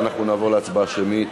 ואנחנו נעבור להצבעה שמית.